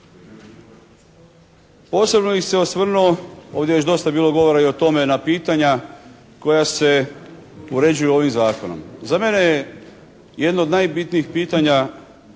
Posebno bih se osvrnuo, ovdje je već dosta bilo govora i o tome, na pitanja koja se poređuju ovim Zakonom. Za mene je jedno od najbitnijih pitanja